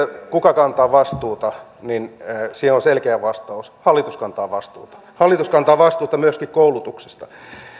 kuka kantaa vastuuta on selkeä vastaus hallitus kantaa vastuuta hallitus kantaa vastuuta myöskin koulutuksesta